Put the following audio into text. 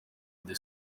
the